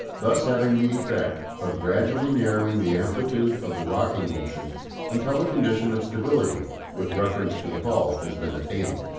thus having the effect of gradually narrowing the amplitude of the rocking motion until a condition of stability with reference to the hull has been attained.